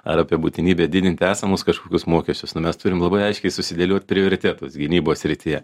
ar apie būtinybę didinti esamus kažkokius mokesčiusnu mes turim labai aiškiai susidėliot prioritetus gynybos srityje